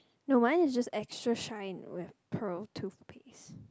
no mine is just extra shine like pro toothpaste